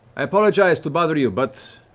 i apologize to bother you, but